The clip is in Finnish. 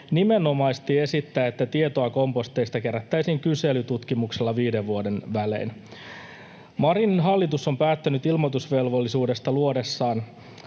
nimenomaisesti esittää, että tietoa komposteista kerättäisiin kyselytutkimuksilla viiden vuoden välein. Marinin hallitus on päättänyt ilmoitusvelvollisuuden luodessaan